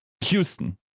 Houston